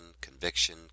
conviction